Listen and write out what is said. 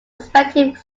respective